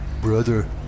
Brother